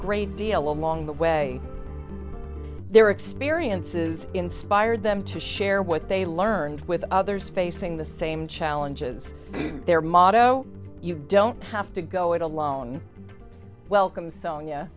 great deal of along the way their experiences inspired them to share what they learned with others facing the same challenges their motto you don't have to go it alone welcome sonia